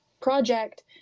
project